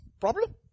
problem